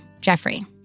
Jeffrey